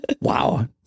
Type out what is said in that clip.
Wow